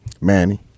Manny